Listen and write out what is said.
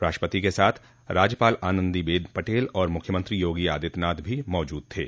राष्ट्रपति के साथ राज्यपाल आनंदीबेन पटेल और मुख्यमंत्री योगी आदित्यनाथ भी मौजूद थे